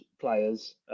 players